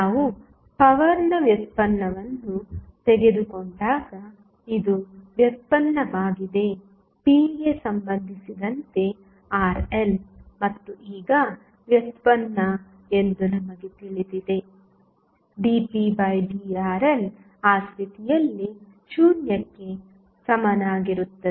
ನಾವು ಪವರ್ನ ವ್ಯುತ್ಪನ್ನವನ್ನು ತೆಗೆದುಕೊಂಡಾಗ ಇದು ವ್ಯುತ್ಪನ್ನವಾಗಿದೆ p ಗೆ ಸಂಬಂಧಿಸಿದಂತೆ RL ಮತ್ತು ಈಗ ವ್ಯುತ್ಪನ್ನ ಎಂದು ನಮಗೆ ತಿಳಿದಿದೆ dpdRL ಆ ಸ್ಥಿತಿಯಲ್ಲಿ 0 ಕ್ಕೆ ಸಮನಾಗಿರುತ್ತದೆ